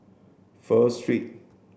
Pho Street